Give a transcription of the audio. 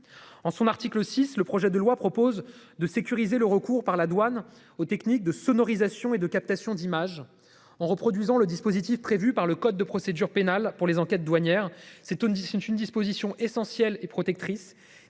En son article 6, le projet de loi propose de sécuriser le recours par la douane aux techniques de sonorisation et de captation d'images en reproduisant le dispositif prévu par le code de procédure pénale pour les enquêtes douanières cet d'ici une une disposition essentielle et protectrice,